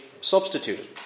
substituted